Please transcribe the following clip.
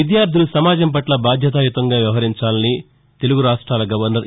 విద్యార్లులు సమాజం పట్ల బాధ్యతాయుతంగా వ్యవహరించాలని తెలుగు రాష్ట్రాల గవర్నర్ ఈ